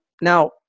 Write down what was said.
Now